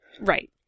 right